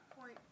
point